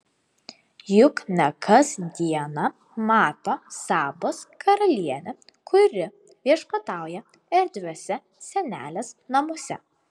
juk ne kas dieną mato sabos karalienę kuri viešpatauja erdviuose senelės namuose